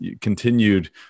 continued